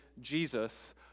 Jesus